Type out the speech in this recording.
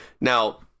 Now